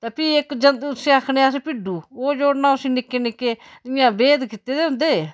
ते फ्ही इक जदूं उसी आक्खने आ अस भिड्डू ओह् जोड़ना उसी निक्के निक्के इ'यां भेद कीते दे होंदे